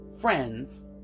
friends